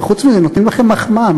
וחוץ מזה, נותנים לכם מחמאה.